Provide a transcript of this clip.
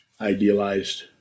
idealized